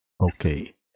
Okay